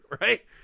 Right